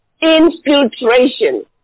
infiltration